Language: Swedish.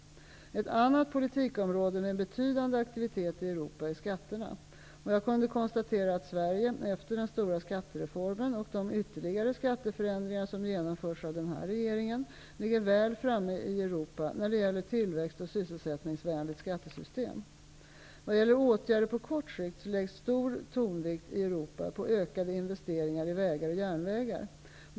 Ett annat politikområde med betydande aktivitet i Europa är skatterna. Jag kunde konstatera att Sverige, efter den stora skattereformen och de ytterligare skatteförändringar som genomförts av den här regeringen, ligger väl framme i Europa när det gäller tillväxt och sysselsättningsvänligt skattesystem. Vad gäller åtgärder på kort sikt läggs stor tonvikt i Europa på ökade investeringar i vägar och järnvägar.